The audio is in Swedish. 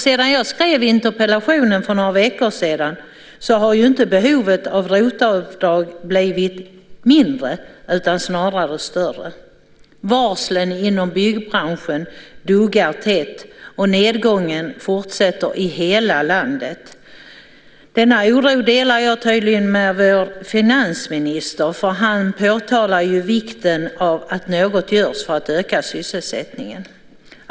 Sedan jag skrev interpellationen för några veckor sedan har ju inte behovet av ROT-avdrag blivit mindre utan snarare större. Varslen inom byggbranschen duggar tätt, och nedgången fortsätter i hela landet. Denna oro delar jag tydligen med vår finansminister, för han påtalar ju vikten av att något görs för att öka sysselsättningen.